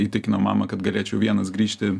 įtikinau mamą kad galėčiau vienas grįžti